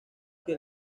que